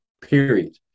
period